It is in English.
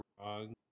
wrong